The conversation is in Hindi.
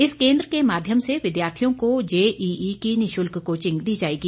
इस केन्द्र के माध्यम से विद्यार्थियों को जेईई की निशुल्क कोचिंग दी जाएगी